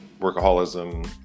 workaholism